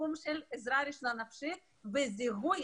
בתחום של עזרה ראשונה נפשית וזיהוי.